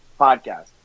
podcast